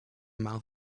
mouth